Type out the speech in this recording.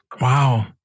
Wow